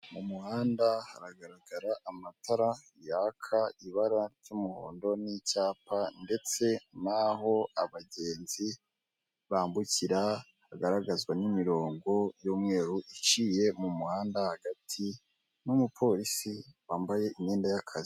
Mu muhanda haragaragara amatara yaka ibara ry'umuhondo, n'icyapa, ndetse n'aho abagenzi bambukira, hagaragazwa n'imirongo y'umweru iciye mu muhanda hagati, n'umupolisi wambaye imyenda y'akazi.